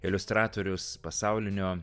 iliustratorius pasaulinio